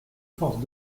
forces